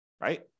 right